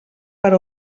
per